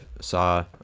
saw